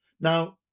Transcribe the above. now